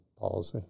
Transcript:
policy